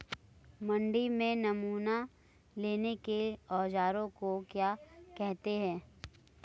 मंडी में नमूना लेने के औज़ार को क्या कहते हैं?